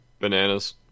Bananas